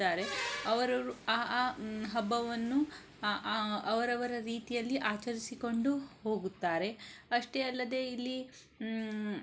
ಅವರು ಆ ಆ ಹಬ್ಬವನ್ನು ಆ ಆ ಅವರವರ ರೀತಿಯಲ್ಲಿ ಆಚರಿಸಿಕೊಂಡು ಹೋಗುತ್ತಾರೆ ಅಷ್ಟೇ ಅಲ್ಲದೇ ಇಲ್ಲಿ